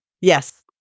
Yes